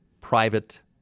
private